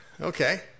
Okay